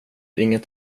inget